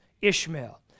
Ishmael